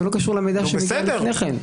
זה לא קשור למידע שהגיע לפני כן.